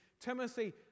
Timothy